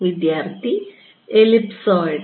വിദ്യാർത്ഥി എലിപ്സോയ്ഡ്